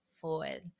Forward